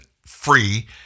free